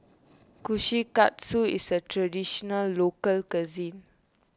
Kushikatsu is a Traditional Local Cuisine